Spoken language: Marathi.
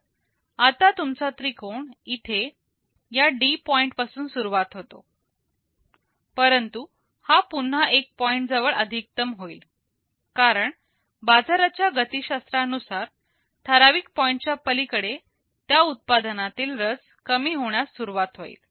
तर आता तुमचा त्रिकोण इथे या D पॉईंट पासून सुरुवात होतो परंतु हा पुन्हा एका पॉइंट जवळ अधिकतम होईल कारण बाजारा च्या गती शास्त्रा नुसार ठराविक पॉईंट च्या पलीकडे त्या उत्पादनातील रस कमी होण्यास सुरुवात होईल